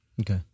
Okay